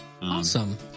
Awesome